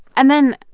and then,